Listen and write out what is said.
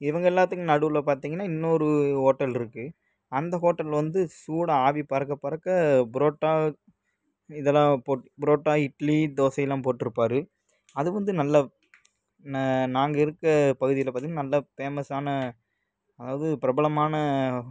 இவங்க எல்லாேத்துக்கும் நடுவில் பார்த்தீங்கன்னா இன்னொரு ஹோட்டல் இருக்குது அந்த ஹோட்டல் வந்து சூடு ஆவி பறக்க பறக்க பரோட்டா இதெலாம் போட் பரோட்டா இட்லி தோசையெலாம் போட்ருப்பார் அது வந்து நல்லா நாங்கள் இருக்க பகுதியில் பார்த்தீங்கன்னா நல்ல பேமஸான அதாவது பிரபலமான